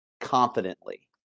confidently